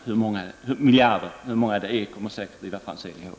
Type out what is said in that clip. Hur många det var, kommer säkert Ivar Franzén ihåg.